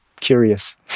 curious